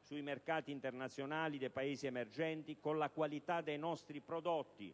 sui mercati internazionali dei Paesi emergenti con la qualità dei nostri prodotti,